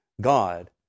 God